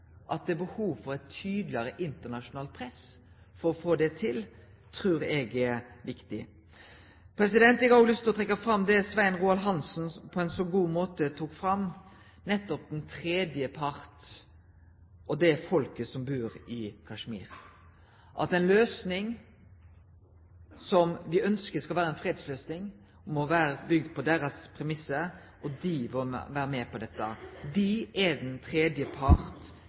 at det er behov for eit tydelegare internasjonalt press for å få det til, trur eg er viktig. Eg har lyst til å trekkje fram det Svein Roald Hansen på ein så god måte tok fram, det som nettopp gjeld den tredje parten og det folket som bur i Kashmir, at ei løysing som me ønskjer skal vere ei fredsløysing, må vere bygd på deira premissar. Dei må vere med på dette. Dei er den tredje